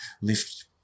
lift